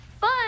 fun